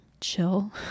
chill